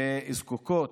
שזקוקות,